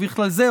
ובכלל זה,